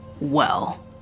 Well